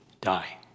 die